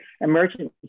emergency